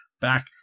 back